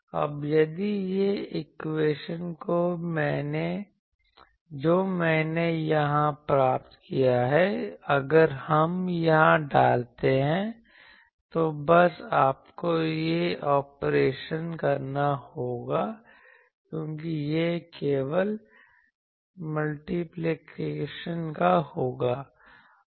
अब यदि यह इक्वेशन जो मैंने यहां प्राप्त किया है अगर हम यहां डालते हैं तो बस आपको यह ऑपरेशन करना होगा क्योंकि यह केवल मल्टीप्लिकेशन का होगा